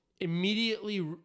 immediately